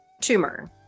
tumor